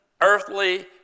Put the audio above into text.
earthly